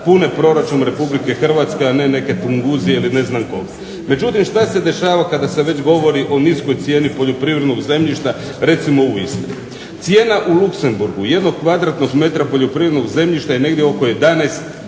pune proračun Republike Hrvatske, a ne neke Tunguzije ili ne znam koga. Međutim šta se dešava kada se već govori o niskoj cijeni poljoprivrednog zemljišta recimo u Istri? Cijena u Luxembourgu jednog kvadratnog metra poljoprivrednog zemljišta je negdje oko 11,